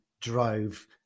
drove